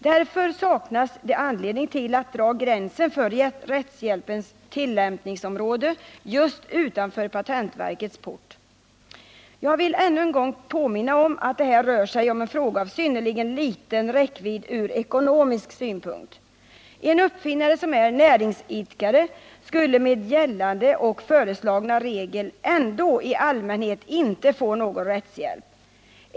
Därför saknas det anledning att dra gränsen för rättshjälpens tillämpningsområde just utanför patentverkets port. Jag vill än en gång påminna om att det här rör sig om en fråga av synnerligen liten räckvidd från ekonomisk synpunkt. En uppfinnare som är näringsidkare skulle med gällande och föreslagna regler ändå i allmänhet inte få någon rättshjälp.